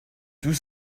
tous